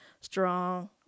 strong